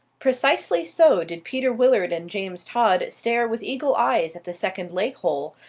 precisely so did peter willard and james todd stare with eagle eyes at the second lake hole,